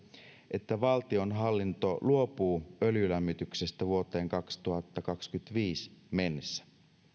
että valtionhallinto luopuu öljylämmityksestä vuoteen kaksituhattakaksikymmentäviisi mennessä